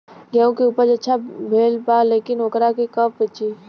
गेहूं के उपज अच्छा भेल बा लेकिन वोकरा के कब बेची?